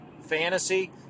fantasy